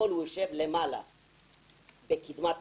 אנחנו היום מנהלים את התיק ואנחנו מקווים קודם כל שישפרו את